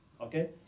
Okay